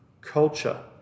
culture